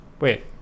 wait